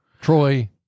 Troy